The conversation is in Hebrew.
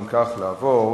הנושא הבא: